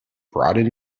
brought